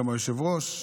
וגם היושב-ראש,